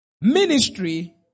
Ministry